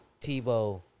Tebow